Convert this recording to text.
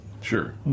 sure